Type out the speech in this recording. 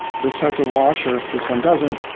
this has a washer, this one doesn't,